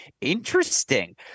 Interesting